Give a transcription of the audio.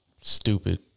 stupid